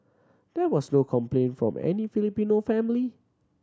there was no complaint from any Filipino family